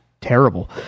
terrible